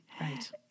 right